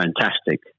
fantastic